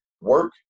work